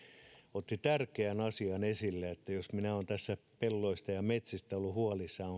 otti tärkeän asian esille jos minä olenkin tässä pelloista ja metsistä ollut huolissani